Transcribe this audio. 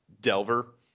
Delver